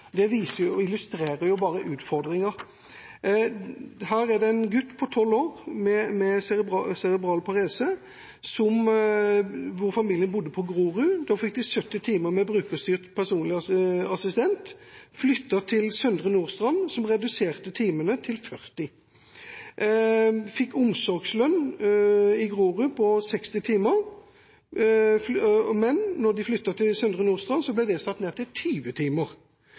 Det viser og illustrerer bare utfordringene. Det gjelder en gutt på 12 år med cerebral parese. Da familien bodde på Grorud, fikk familien 70 timer med brukerstyrt personlig assistent. Da de flyttet til Søndre Nordstrand, ble antall timer redusert til 40. De fikk omsorgslønn i Grorud på 60 timer, men da de flyttet til Søndre Nordstrand, ble den satt ned til 20